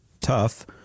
tough